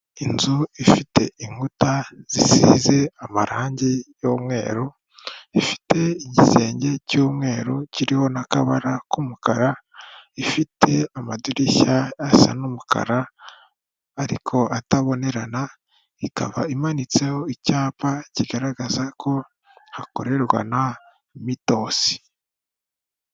Inzu ifite inkuta zisize amarangi y'umweru, ifite igisenge cy'umweru kiriho n'akabara k'umukara, ifite amadirishya asa n'umukara ariko atabonerana ikaba imanitseho icyapa kigaragaza ko hakorerwa na mitosi.